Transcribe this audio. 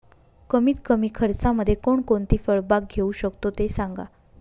कमीत कमी खर्चामध्ये कोणकोणती फळबाग घेऊ शकतो ते सांगा